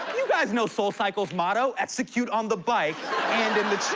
you guys know soulcycle's motto. execute on the bike and in the